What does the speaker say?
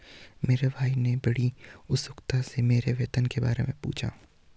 मेरे भाई ने बड़ी उत्सुकता से मेरी वेतन के बारे मे पूछा